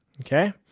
okay